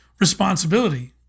responsibility